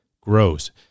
grows